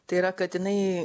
tai yra kad jinai